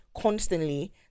constantly